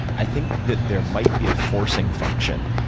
i think that there might be a forcing function.